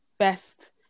best